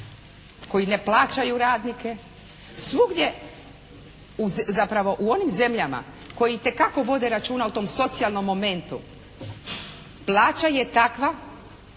koji ne plaćaju radnike. Svugdje, zapravo u onim zemljama koji itekako vode računa o tom socijalnom momentu plaća je takva